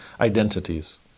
identities